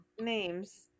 names